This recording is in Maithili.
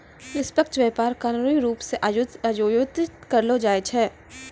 निष्पक्ष व्यापार कानूनी रूप से आयोजित करलो जाय छै